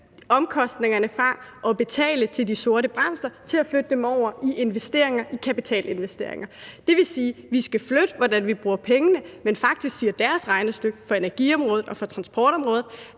omkostningerne fra betaling til de sorte brancher og over til kapitalinvesteringer. Det vil sige, at vi skal ændre den måde, vi bruger pengene på, men faktisk viser deres regnestykke for energiområdet og for transportområdet,